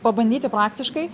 pabandyti praktiškai